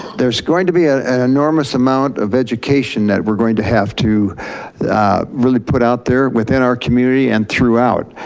there's going to be a enormous amount of education that we're going to have to really put out there within our community and throughout